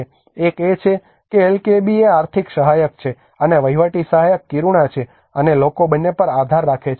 એક એ છે કે એલકેએબી એ માટે આર્થિક સહાયક છે અને વહીવટી સહાયક કિરુણા છે અને લોકો બંને પર આધાર રાખે છે